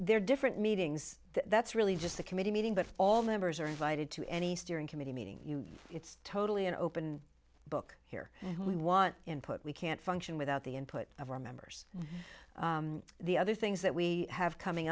they're different meetings that's really just a committee meeting but all members are invited to any steering committee meeting it's totally an open book here we want input we can't function without the input of our members the other things that we have coming